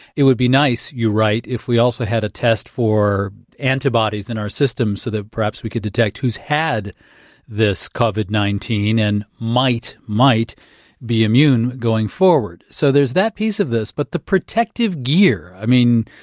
it would be nice, you write, if we also had a test for antibodies in our system, so that perhaps we could detect who's had this covid nineteen and might might be immune going forward. so there's that piece of this. but the protective gear, i mean,